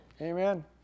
Amen